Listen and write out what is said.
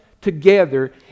together